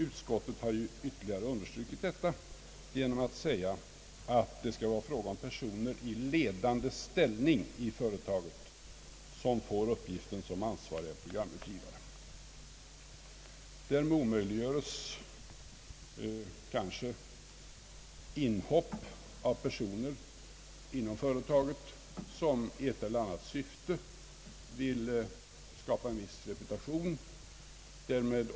Utskottet har ytterligare markerat detta genom att säga, att det skall vara personer i ledande ställning inom företaget som får uppgiften såsom ansvariga programutgivare. Därmed omöjliggöres kanske inhopp av personer inom företaget, som i ett eller annat syfte vill skapa en viss reputation.